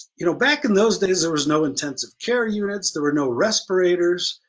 you know back in those days there was no intensive care units, there were no respirators,